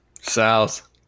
South